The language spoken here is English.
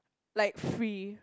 like free